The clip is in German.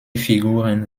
figuren